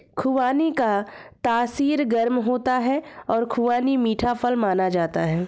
खुबानी का तासीर गर्म होता है और खुबानी मीठा फल माना जाता है